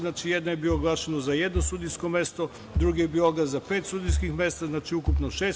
Znači, jedan je bio oglašen za jedno sudijsko mesto, drugi je bio oglas za pet sudijskih mesta, ukupno šest.